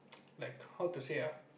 like how to say ah